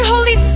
Holy